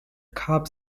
cub